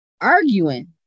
Arguing